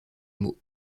mot